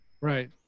Right